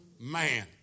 Man